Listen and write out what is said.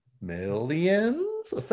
millions